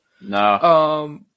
No